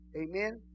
Amen